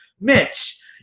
Mitch